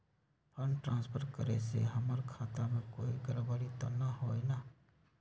Fund transfer करे से हमर खाता में कोई गड़बड़ी त न होई न?